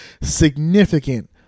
significant